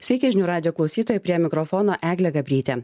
sveiki žinių radijo klausytojai prie mikrofono eglė gabrytė